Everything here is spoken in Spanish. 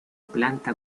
planta